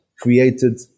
created